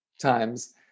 times